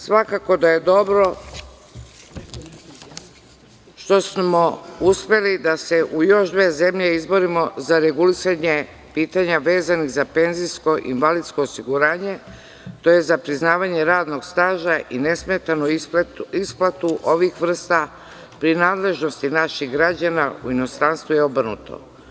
Svakako da je dobro što smo uspeli da se u još dve zemlje izborimo za regulisanje pitanja vezanih za penzijsko i invalidsko osiguranje, tj. za priznavanje radnog staža i nesmetanu isplatu ovih vrsta, prinadležnosti naših građana u inostranstvu i obrnuto.